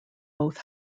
both